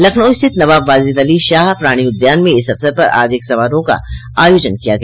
लखनऊ स्थित नवाब वाजिद अली शाह प्राणी उद्यान में इस अवसर पर आज एक समारोह का आयोजन किया गया